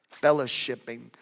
fellowshipping